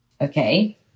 okay